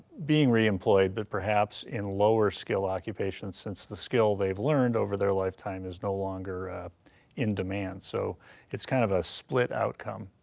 being reemployed, but perhaps in lower skill occupations since the skill they've learned over their life time is no longer in demand. so it's kind of a split outcome.